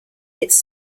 its